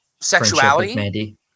sexuality